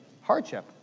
hardship